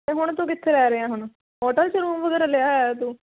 ਤੇ ਹੁਣ ਤੂੰ ਕਿੱਥੇ ਰਹਿ ਰਿਹਾ ਹੁਣ ਹੋਟਲ 'ਚ ਰੂਮ ਵਗੈਰਾ ਲਿਆ ਹੋਇਆ ਤੂੰ